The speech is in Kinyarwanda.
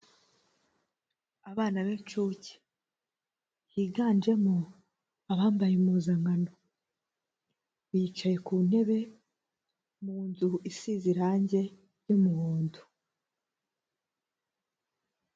Abana b'incuke higanjemo abambaye impuzankano. Bicaye ku ntebe, mu nzu isize irangi ry'umuhondo.